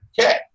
okay